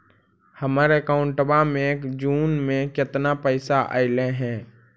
हमर अकाउँटवा मे जून में केतना पैसा अईले हे?